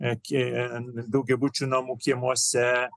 daugiabučių namų kiemuose